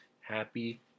happy